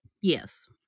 Yes